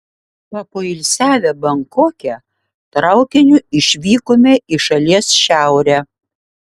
papoilsiavę bankoke traukiniu išvykome į šalies šiaurę